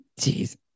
Jeez